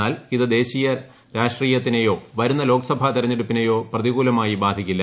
എന്നാൽ ഇത് ദേശീയ രാഷ്ട്രീയത്തിനേയോ വരുന്ന ലോക്സഭ തെരഞ്ഞെടുപ്പിനേയോ പ്രതികൂലമായി ബാധിക്കില്ല